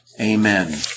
Amen